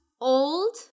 old